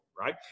right